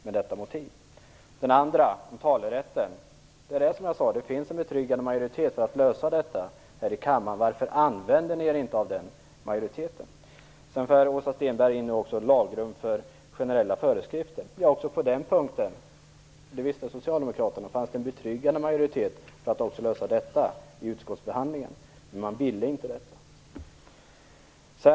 När det gäller talerätten finns det en betryggande majoritet här i kammaren för att lösa det hela. Varför använder ni er inte av den majoriteten? Sedan vill Åsa Stenberg införa lagrum för generella föreskrifter. Också på det punkten - och det visste socialdemokraterna - fanns det en betryggande majoritet för att man skulle kunna lösa detta vid utskottsbehandlingen. Men det ville man inte.